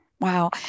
Wow